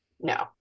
No